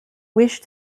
wish